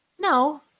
No